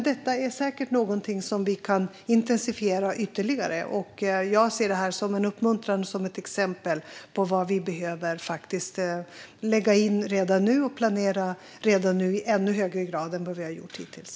Detta är säkert något vi kan intensifiera ytterligare, och jag ser detta som en uppmuntran och som ett exempel på vad vi behöver planera in i ännu högre grad än vad vi har gjort hittills.